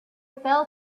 fell